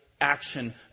action